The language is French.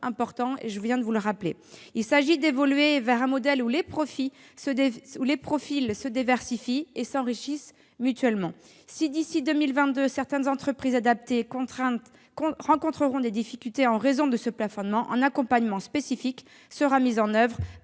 important comme je l'ai dit. Il s'agit d'évoluer vers un modèle où les profils se diversifient et s'enrichissent mutuellement. Si, d'ici à 2022, certaines entreprises adaptées rencontraient des difficultés en raison de ce plafonnement, un accompagnement spécifique serait mis en oeuvre